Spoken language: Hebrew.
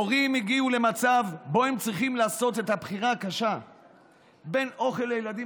הורים הגיעו למצב שבו הם צריכים לעשות את הבחירה הקשה בין אוכל לילדים,